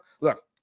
Look